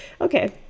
okay